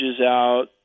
out